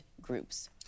groups